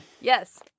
Yes